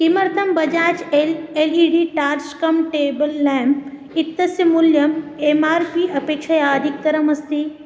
किमर्थं Bajaj L L E D torch कं table lamp इत्यस्य मूल्यम् एम् आर् पी अपेक्षया अधिकतरमस्ति